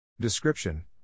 description